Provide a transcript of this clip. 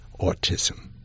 autism